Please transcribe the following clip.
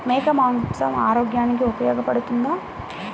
మేక మాంసం ఆరోగ్యానికి ఉపయోగపడుతుందా?